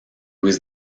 was